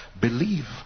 Believe